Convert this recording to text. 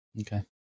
okay